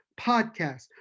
Podcast